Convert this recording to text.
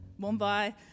Mumbai